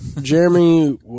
Jeremy